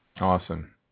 Awesome